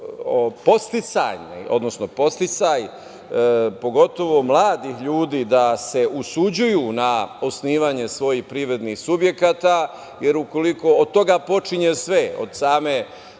Dakle, važno je i za podsticaj, pogotovo mladih ljudi, da se usuđuju na osnivanje svojih privrednih subjekata, jer ukoliko od toga počinje sve, od same